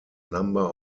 number